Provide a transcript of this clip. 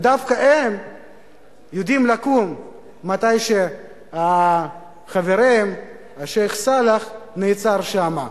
ודווקא הם יודעים לקום כאשר חברם השיח' סלאח נעצר שם,